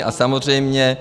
A samozřejmě...